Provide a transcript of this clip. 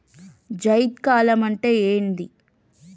జైద్ కాలం అంటే ఏంది?